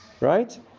right